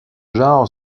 genre